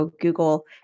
Google